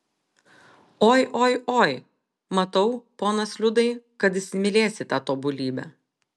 oi oi oi matau ponas liudai kad įsimylėsi tą tobulybę